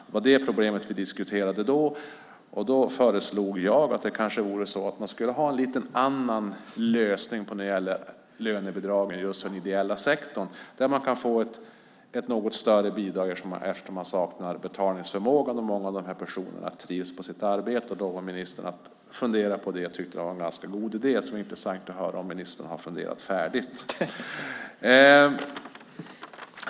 Det var det problemet vi diskuterade då, och jag föreslog att man kanske skulle kunna ha en lite annan lösning när det gäller lönebidragen just för den ideella sektorn. De skulle kunna få ett något större bidrag eftersom de saknar betalningsförmåga och många av de här personerna trivs på sitt arbete. Då lovade ministern att fundera på det och tyckte att det var en ganska god idé. Det skulle vara intressant att höra om ministern har funderat färdigt.